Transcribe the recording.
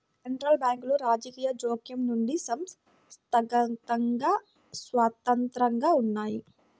central బ్యాంకులు రాజకీయ జోక్యం నుండి సంస్థాగతంగా స్వతంత్రంగా ఉన్నయ్యి